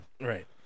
Right